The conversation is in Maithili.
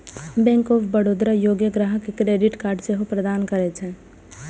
बैंक ऑफ बड़ौदा योग्य ग्राहक कें क्रेडिट कार्ड सेहो प्रदान करै छै